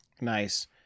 Nice